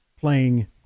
playing